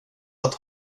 att